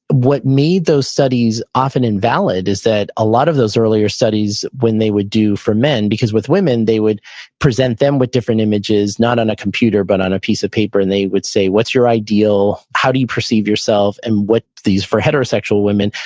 what made those studies often invalid is that a lot of those earlier studies when they would do for men, because with women they would present them with different images, not on a computer but on a piece of paper. and they would say, what's your ideal? how do you perceive yourself? and for heterosexual women,